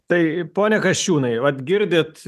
tai taip pone kasčiūnai vat girdit